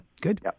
good